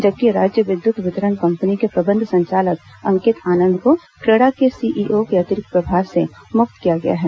जबकि राज्य विद्यत वितरण कंपनी के प्रबंध संचालक अंकित आनंद को क्रेडा के सीईओ के अतिरिक्त प्रभार से मुक्त किया गया है